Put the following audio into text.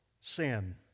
Sin